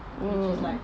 mm